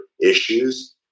issues